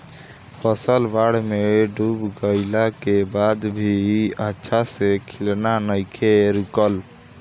फसल बाढ़ में डूब गइला के बाद भी अच्छा से खिलना नइखे रुकल